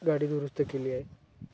गाडी दुरुस्त केली आहे